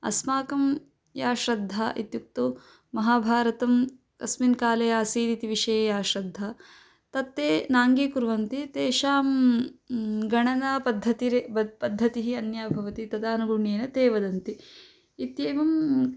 अस्माकं या श्रद्धा इत्युक्तौ महाभारतं कस्मिन् काले आसीदिति विषये या श्रद्धा तत् ते नाङ्गीकुर्वन्ति तेषां गणनापद्धतिरेव भद् पद्धतिः अन्या भवति तदानुगुण्येन ते वदन्ति इत्येवं